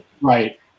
Right